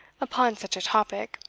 upon such a topic,